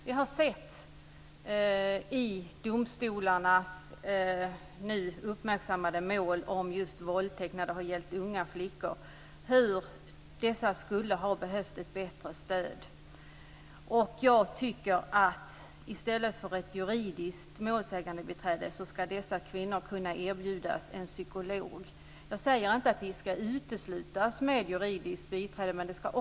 Vi har sett i uppmärksammade mål i domstolarna om just våldtäkt av unga flickor hur dessa skulle ha behövt ett bättre stöd. Jag tycker att dessa kvinnor i stället för ett juridiskt målsägandebiträde ska kunna erbjudas en psykolog. Jag säger inte att juridiska biträden ska uteslutas.